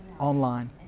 online